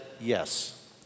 yes